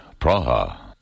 Praha